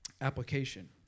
application